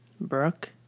Brooke